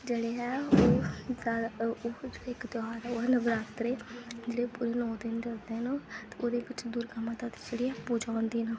जेह्ड़े ऐ ओह् इक जादा इक त्योहार होर ऐ ओह् ऐ नवरात्रे जेह्ड़े पूरे नौ देन चलदे न ओह्दे बिच दुर्गा माता दी जेह्ड़ी पूजा होंदी न